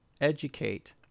educate